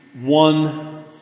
one